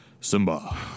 Simba